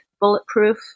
bulletproof